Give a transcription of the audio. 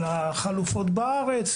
לגבי החלופות בארץ.